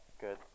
good